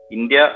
India